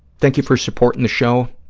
thank you for supporting the show.